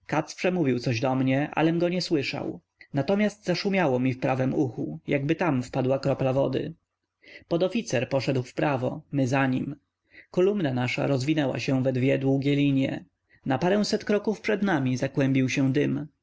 przemówił coś do mnie alem go nie słyszał natomiast zaszumiało mi w prawem uchu jakby tam wpadła kropla wody podoficer poszedł wprawo my za nim kolumna nasza rozwinęła się we dwie długie linie na paręset kroków przed nami zakłębił się dym